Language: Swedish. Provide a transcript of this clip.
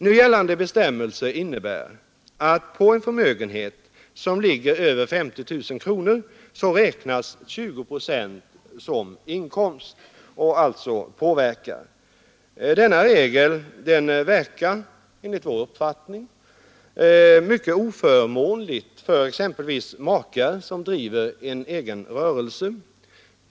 Nu gällande bestämmelser innebär att på en förmögenhet som ligger över 50 000 kronor räknas 20 procent som inkomst. Denna regel verkar enligt vår uppfattning mycket oförmånligt för exempelvis makar som driver en egen rörelse.